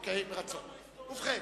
ובכן,